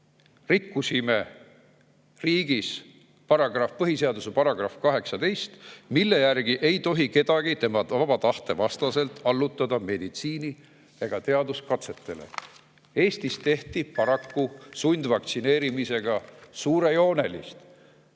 rikkusime riigi põhiseaduse § 18, mille järgi ei tohi kedagi tema vaba tahte vastaselt allutada meditsiini‑ ega teaduskatsetele. Eestis tehti paraku sundvaktsineerimisega suurejoonelist,